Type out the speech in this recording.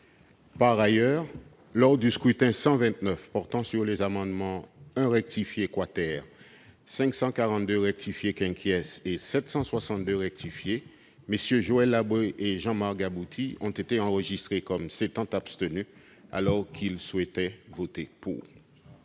Par ailleurs, lors du scrutin n° 129 portant sur les amendements identiques n 1 rectifié, 542 rectifié et 762 rectifié, MM. Joël Labbé et Jean-Marc Gabouty ont été enregistrés comme s'étant abstenus, alors qu'ils souhaitaient voter pour.